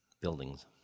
Buildings